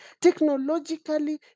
Technologically